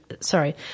sorry